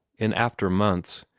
in after months,